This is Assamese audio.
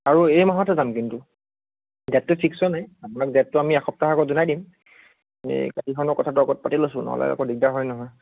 আৰু এই মাহতে যাম কিন্তু ডেটটো ফিক্স হোৱা নাই আপোনাক ডেটটো আমি এক সপ্তাহৰ আগত জনাই দিম এনেই গাড়ীখনৰ কথাটো আগত পাতি লৈছোঁ নহ'লে আকৌ দিগদাৰ হয় নহয়